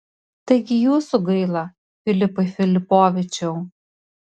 taigi jūsų gaila filipai filipovičiau